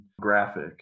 graphic